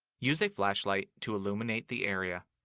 use a flashlight to illuminate the area.